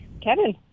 Kevin